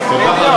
כל כך הרבה